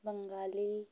Bengali